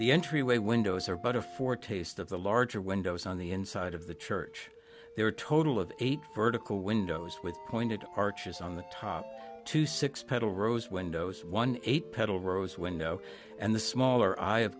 the entryway windows are but a foretaste of the larger windows on the inside of the church there are total of eight vertical windows with pointed arches on the top two six petal rows windows one eight petal rose window and the smaller